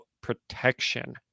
protection